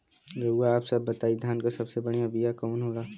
रउआ आप सब बताई धान क सबसे बढ़ियां बिया कवन होला?